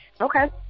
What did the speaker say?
Okay